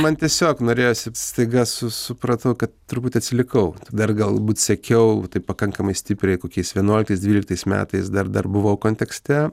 man tiesiog norėjosi staiga su supratau kad truputį atsilikau dar galbūt sekiau taip pakankamai stipriai kokiais vienuliktais dvyliktais metais dar dar buvau kontekste